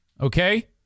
okay